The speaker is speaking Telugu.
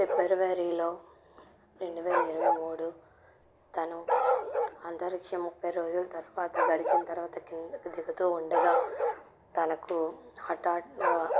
ఫిబ్రవరిలో రెండు వేల ఇరవై మూడు తను అంతరిక్షం ముప్పై రోజుల తర్వాత గడిచిన తర్వాత కిందకు దిగుతూ ఉండగా తనకు హఠాత్తుగా